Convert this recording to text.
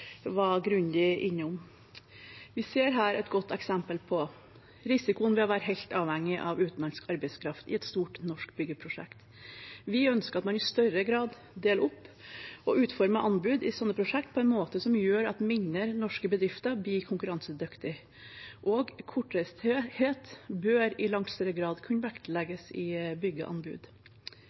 grundig innom. Vi ser her et godt eksempel på risikoen ved å være helt avhengig av utenlandsk arbeidskraft i et stort norsk byggeprosjekt. Vi ønsker at man i større grad deler opp og utformer anbud i slike prosjekt på en måte som gjør at mindre norske bedrifter blir konkurransedyktige. Kortreisthet bør i langt større grad kunne vektlegges i byggeanbud.